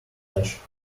flesh